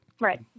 Right